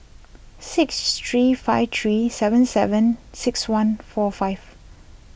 six three five three seven seven six one four five